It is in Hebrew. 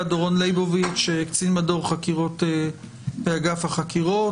לייבוביץ', קצין מדור חקירות באגף החקירות.